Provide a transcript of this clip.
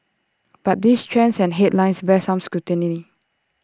but these trends and headlines bear some scrutiny